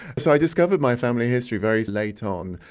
so i discovered my family history very late on,